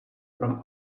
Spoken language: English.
from